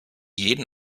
jeden